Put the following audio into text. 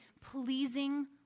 pleasing